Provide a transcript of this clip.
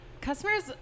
customers